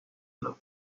una